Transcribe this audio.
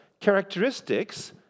characteristics